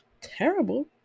terrible